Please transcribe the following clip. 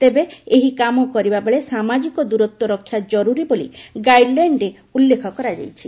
ତେବେ ଏହି କାମ କରିବା ବେଳେ ସାମାଜିକ ଦୂରତ୍ୱ ରକ୍ଷା ଜରୁରୀ ବୋଲି ଗାଇଡଲାଇନରେ ଉଲ୍ପେଖ କରା ଯାଇଛି